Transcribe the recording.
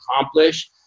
accomplish